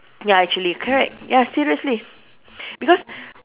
ya actually correct ya seriously because